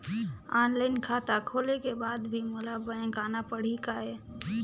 Online खाता खोले के बाद भी मोला बैंक आना पड़ही काय?